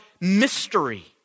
mystery